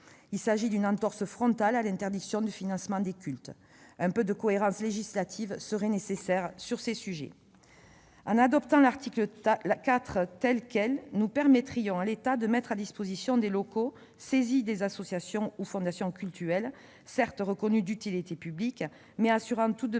Il s'agit d'une entorse frontale à l'interdiction de financement des cultes. Un peu de cohérence législative serait nécessaire sur ces sujets. Bravo ! En adoptant l'article 4 tel quel, nous permettrions à l'État de mettre des locaux saisis à la disposition d'associations ou fondations cultuelles, certes reconnues d'utilité publique, mais assurant malgré